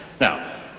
Now